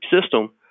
system